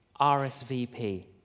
RSVP